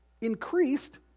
increased